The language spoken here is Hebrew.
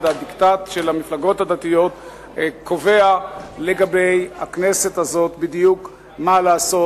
הדיקטט של המפלגות הדתיות קובע לכנסת הזאת בדיוק מה לעשות.